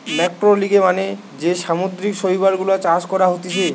ম্যাক্রোলেগি মানে যে সামুদ্রিক শৈবাল গুলা চাষ করা হতিছে